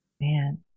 Man